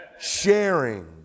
sharing